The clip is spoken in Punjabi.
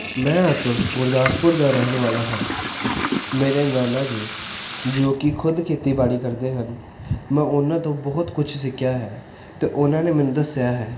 ਮੈਂ ਅਤੁਲ ਗੁਰਦਾਸਪੁਰ ਦਾ ਰਹਿਣ ਵਾਲਾ ਹਾਂ ਮੇਰੇ ਨਾਨਾ ਜੀ ਜੋ ਕਿ ਖੁਦ ਖੇਤੀਬਾੜੀ ਕਰਦੇ ਹਨ ਮੈਂ ਉਨ੍ਹਾਂ ਤੋਂ ਬਹੁਤ ਕੁਛ ਸਿੱਖਿਆ ਹੈ ਅਤੇ ਉਨ੍ਹਾਂ ਨੇ ਮੈਨੂੰ ਦੱਸਿਆ ਹੈ